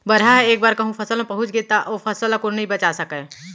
बरहा ह एक बार कहूँ फसल म पहुंच गे त ओ फसल ल कोनो नइ बचा सकय